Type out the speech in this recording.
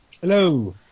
Hello